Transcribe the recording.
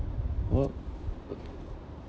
well